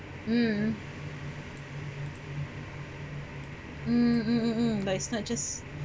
mm mm mm mm mm but it's not just